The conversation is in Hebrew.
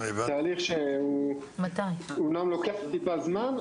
זה תהליך שאומנם לוקח טיפה זמן,